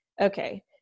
okay